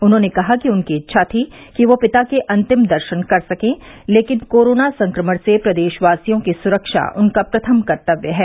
उन्होंने कहा कि उनकी इच्छा थी कि वह पिता के अन्तिम दर्शन कर सकें लेकिन कोरोना संक्रमण से प्रदेशवासियों की सुरक्षा उनका प्रथम कर्तव्य है